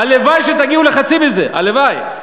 הלוואי שתגיעו לחצי מזה, הלוואי.